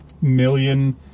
million